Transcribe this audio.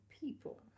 people